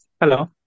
hello